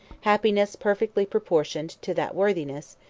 happiness perfectly proportioned to that worthiness,